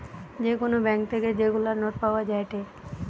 যে কোন ব্যাঙ্ক থেকে যেগুলা নোট পাওয়া যায়েটে